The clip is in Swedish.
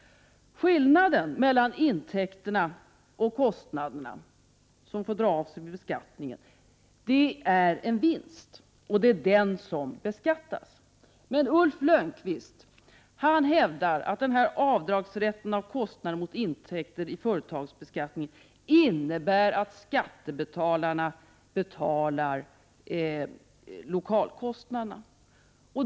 Skillnaden mellan intäkterna och kostnaderna — som ju får dras av vid beskattningen — är vinsten, och denna beskattas alltså. Ulf Lönnqvist hävdar att avdragsrätten — dvs. att kostnader kvittas mot intäkter vid företagsbeskattningen — innebär att skattebetalarna står för lokalkostnaderna.